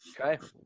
Okay